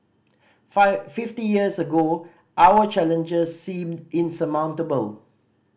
five fifty years ago our challenges seemed insurmountable